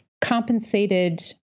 compensated